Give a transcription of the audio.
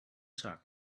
tag